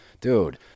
Dude